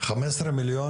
נכון,